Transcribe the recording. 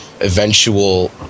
eventual